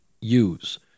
use